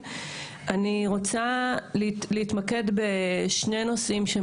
הם צריכים לוודא שבאר שבע לא מתנתקת ממרכז הארץ בשעת